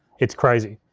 it's crazy.